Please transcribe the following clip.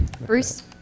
Bruce